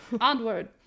Onward